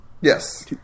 Yes